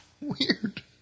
Weird